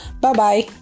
Bye-bye